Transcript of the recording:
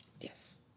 Yes